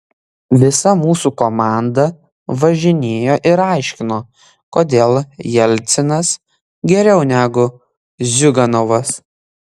visa mūsų komanda važinėjo ir aiškino kodėl jelcinas geriau negu ziuganovas